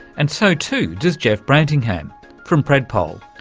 and so too does jeff brantingham from predpol,